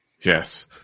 Yes